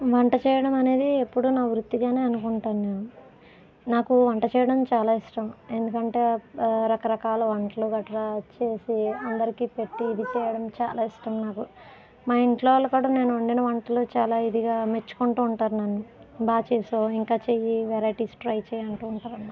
వంట చేయడం అనేది ఎప్పుడు నా వృత్తిగానే అనుకుంటాను నేను నాకు వంట చేయడం చాలా ఇష్టం ఎందుకంటే రకరకాల వంటలు గట్రా చేసి అందరికీ పెట్టి ఇది చేయడం చాలా ఇష్టం నాకు మా ఇంట్లో వాళ్ళు కుడా నేను వండిన వంటలు చాలా ఇదిగా మెచ్చుకుంటూ ఉంటారు నన్ను బాగా చేసావు ఇంకా చెయ్యీ వెరైటీస్ ట్రై చెయ్యీ అంటూ ఉంటారు అన్నమాట